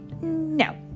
No